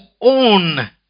own